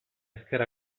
ezker